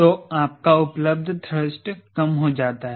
तो आपका उपलब्ध थ्रस्ट कम हो जाता है